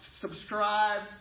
subscribe